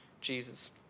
Jesus